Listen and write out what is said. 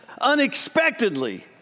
unexpectedly